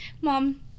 mom